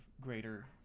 greater